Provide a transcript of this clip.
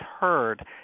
heard